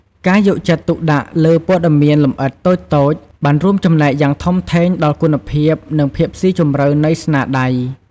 ការយកចិត្តទុកដាក់លើព័ត៌មានលម្អិតតូចៗបានរួមចំណែកយ៉ាងធំធេងដល់គុណភាព និងភាពស៊ីជម្រៅនៃស្នាដៃ។